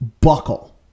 buckle